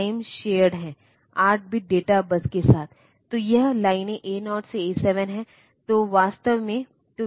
इसलिए यदि आपको किसी उपकरण को माइक्रोप्रोसेसर के उसी क्लॉक सिग्नल द्वारा संचालित करने की आवश्यकता है तो आप उस प्रयोजन के लिए इस क्लॉक की रूपरेखा का उपयोग कर सकते हैं